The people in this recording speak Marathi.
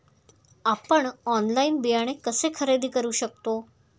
आपण ऑनलाइन बियाणे कसे खरेदी करू शकतो?